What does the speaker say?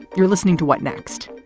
you're listening to what next?